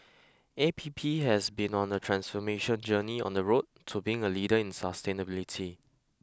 A P P has been on a transformation journey on the road to being a leader in sustainability